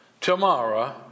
Tomorrow